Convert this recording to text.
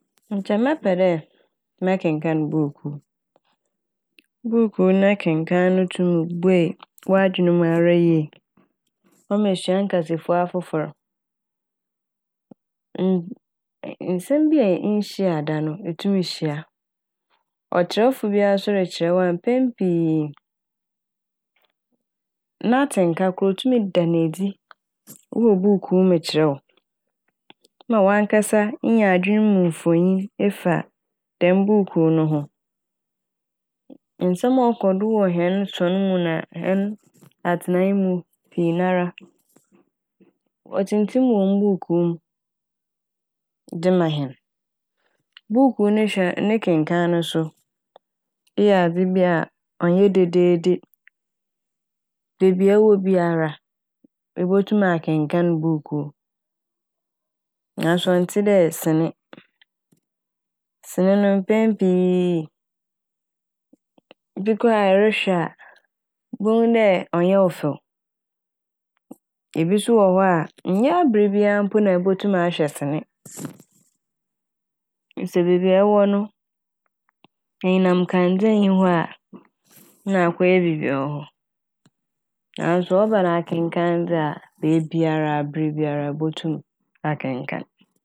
Nkyɛ mɛpɛ dɛ mɛkenkaan buukuu, buukuu n'ankenkan no tum buei w'adwen mu ara yie ɔma esua nkasafua afofor. N- nsɛm bi a nnhyia da no etum hyia. Ɔkyerɛwfo biara so rekyerɛw a mpɛn pii n'atsenka koraa otum da ne edzi ɛwɔ buukuu mu kyerɛw wo ema wankasa inya adwenmu mfonyin efa dɛm buukuu no ho. Nsɛm a ɔkɔ do wɔ hɛn sɔnn no mu na hɛn atsenae mu pii nara wotsimtsim wɔ mbuukuu mu de ma hɛn. Buukuu ne hwɛ- ne kenkaan no so eyɛ ade bi a ɔnnyɛ dedeede, beebia ɛwɔ biara ebotum akenkaan buukuu naaso ɔnntse dɛ sene. Sene no mpɛn pii bi koraa ɛrehwɛ a ibohu dɛ ɔnnyɛ wo fɛw. Ebi so wɔ hɔ a nnyɛ aberbiara mpo na ebotum ahwɛ sene. Sɛ beebi a ewɔ no enyinamkandzea nnyi hɔ a na akɔyɛ biibi a ɔwɔ hɔ naaso ɔba no akenkaan dza beebiara, aberbiara ebotum akenkan.